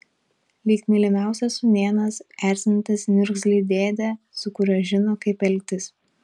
lyg mylimiausias sūnėnas erzinantis niurzglį dėdę su kuriuo žino kaip elgtis